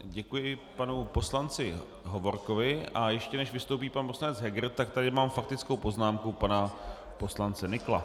Děkuji panu poslanci Hovorkovi, a ještě než vystoupí pan poslanec Heger, tak tady mám faktickou poznámku pana poslance Nykla.